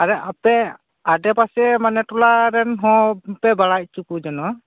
ᱟᱨᱮ ᱟᱯᱮ ᱟᱰᱮ ᱯᱟᱥᱮ ᱢᱟᱱᱮ ᱴᱚᱞᱟ ᱨᱮᱱ ᱦᱚᱸ ᱯᱮ ᱵᱟᱲᱟᱭ ᱚᱪᱚ ᱠᱚ ᱡᱮᱱᱚ